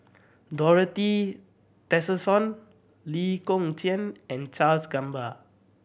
Dorothy Tessensohn Lee Kong Chian and Charles Gamba